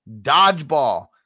Dodgeball